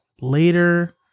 Later